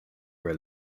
were